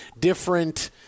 different